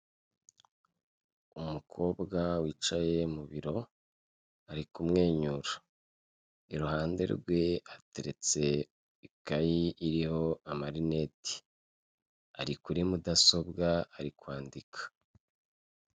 Umukobwa wicaye mu biro ari kumwenyura, iruhande rwe hateretse ikayi iriho amarineti, ari kuri mudasobwa ari kwandika.